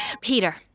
Peter